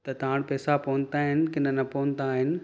त तव्हां वटि पैसा पोहंता आहिनि के न न पोहंता आहिनि